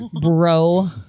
Bro